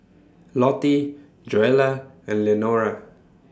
Lottie Joella and Lenora